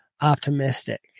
optimistic